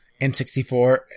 N64